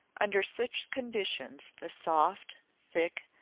under such conditions the soft, thick,